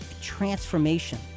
transformation